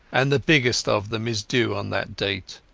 and the biggest of them is due on that date.